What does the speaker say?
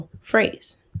phrase